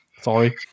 Sorry